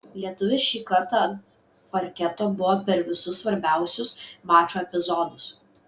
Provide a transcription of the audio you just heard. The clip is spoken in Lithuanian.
lietuvis šį kartą ant parketo buvo per visus svarbiausius mačo epizodus